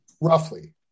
Roughly